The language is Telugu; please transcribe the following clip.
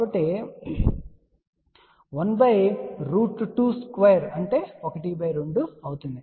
కాబట్టి 12 స్క్వేర్ అంటే 12 అవుతుంది